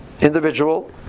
individual